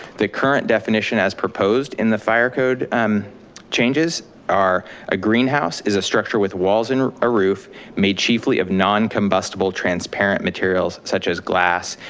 the current definition as proposed in the fire code um changes are a greenhouse is a structure with walls and a roof made chiefly of non-combustible transparent materials such as glass,